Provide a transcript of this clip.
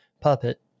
Puppet